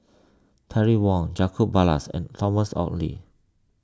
Terry Wong Jacob Ballas and Thomas Oxley